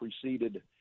preceded